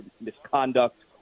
misconduct